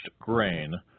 grain